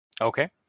Okay